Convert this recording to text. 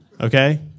Okay